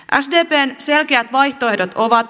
sdpn selkeät vaihtoehdot ovat